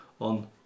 on